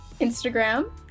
Instagram